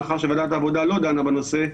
מאחר שוועדת העבודה לא דנה בנושא,